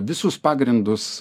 visus pagrindus